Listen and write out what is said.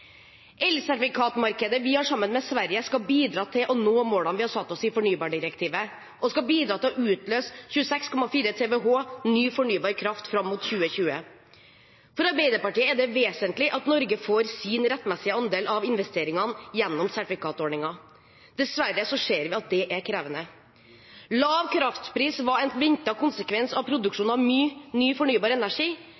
Elsertifikatmarkedet vi har sammen med Sverige, skal bidra til å nå målene vi har satt oss i fornybardirektivet, og til å utløse 26,4 TWh ny fornybar kraft fram mot 2020. For Arbeiderpartiet er det vesentlig at Norge får sin rettmessige andel av investeringene gjennom sertifikatordningen. Dessverre ser vi at det er krevende. Lav kraftpris var en ventet konsekvens av produksjonen av ny fornybar energi,